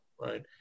right